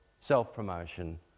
self-promotion